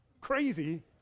crazy